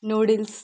noodles